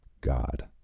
God